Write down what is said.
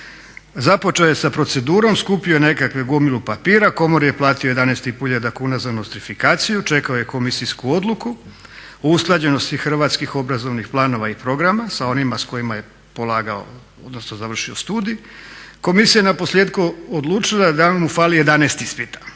Započeo je sa procedurom, skupio je nekakvu gomilu papira, komori je platio 11,5 tisuća kuna za nostrifikaciju, čekao je komisijsku odluku o usklađenosti hrvatskih obrazovnih planova i programa sa onima s kojima je polagao odnosno završio studij, komisija je naposljetku odlučila da mu fali 11 ispita.